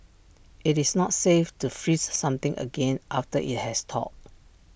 IT is not safe to freeze something again after IT has thawed